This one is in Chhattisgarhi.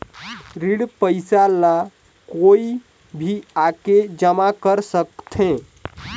ऋण पईसा ला कोई भी आके जमा कर सकथे?